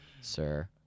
sir